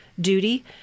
duty